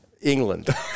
England